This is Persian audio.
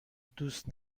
دوست